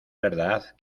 verdad